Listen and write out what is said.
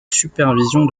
supervision